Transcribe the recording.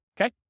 okay